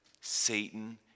Satan